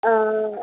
ஆ